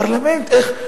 פרלמנט, איך?